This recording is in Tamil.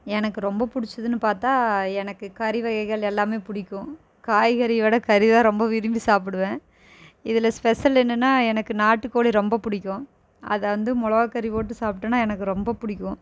எனக்கு ரொம்ப பிடிச்சதுனு பார்த்தா எனக்கு கறி வகைகள் எல்லாமே பிடிக்கும் காய்கறியோட கறி தான் ரொம்ப விரும்பி சாப்பிடுவேன் இதில் ஸ்பெஸல் என்னன்னா எனக்கு நாட்டுக்கோழி ரொம்ப பிடிக்கும் அதை வந்து மிளவா கறி போட்டு சாப்பிட்டோனா எனக்கு ரொம்ப பிடிக்கும்